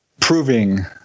proving